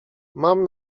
mam